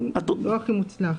לא הכי מוצלח.